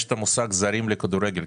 יש את המושג "זרים לכדורגל",